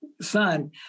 son